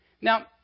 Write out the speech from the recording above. Now